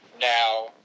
Now